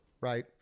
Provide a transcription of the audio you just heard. right